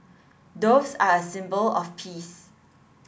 doves are a symbol of peace